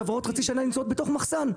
כוורות חצי שנה נמצאות בתוך מחסן.